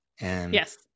Yes